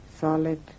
solid